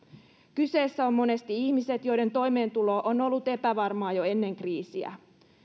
kyseessä ovat monesti ihmiset joiden toimeentulo on ollut epävarmaa jo ennen kriisiä